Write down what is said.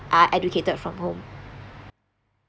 are educated from home